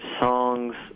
songs